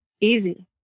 easy